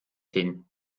hin